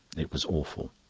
it was awful,